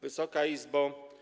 Wysoka Izbo!